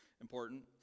important